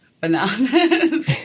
bananas